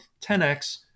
10x